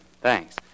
Thanks